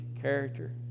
character